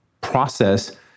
process